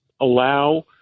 allow